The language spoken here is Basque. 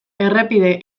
errepide